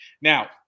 Now